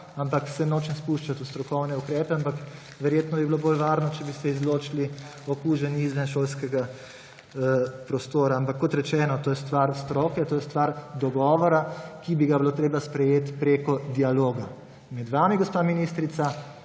ampak se nočem spuščati v strokovne ukrepe. Ampak verjetno bi bilo bolj varno, če bi se izločili okuženi izven šolskega prostora. Ampak kot rečeno, to je stvar stroke, to je stvar dogovora, ki bi ga bilo treba sprejeti preko dialoga med vami, gospa ministrica,